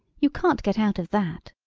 you can't get out of that.